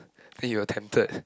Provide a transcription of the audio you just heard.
then you were tempted